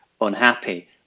unhappy